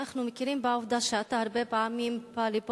אנחנו מכירים בעובדה שאתה הרבה פעמים בא לפה